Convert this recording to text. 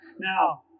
Now